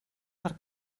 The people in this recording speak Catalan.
per